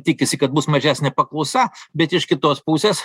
tikisi kad bus mažesnė paklausa bet iš kitos pusės